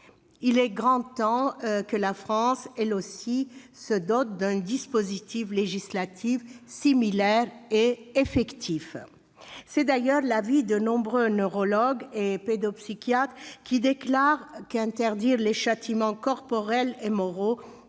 Il est grand temps que la France se dote d'un dispositif législatif similaire et effectif. Tel est l'avis de nombreux neurologues et pédopsychiatres, selon qui l'interdiction des châtiments corporels et moraux